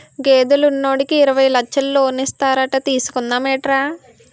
గేదెలు ఉన్నోడికి యిరవై లచ్చలు లోనిస్తారట తీసుకుందా మేట్రా